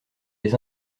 les